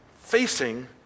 facing